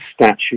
statute